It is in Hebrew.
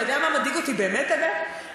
אתה יודע מה מדאיג אותי באמת, אגב?